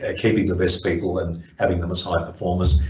ah keeping the best people and having them as higher performers.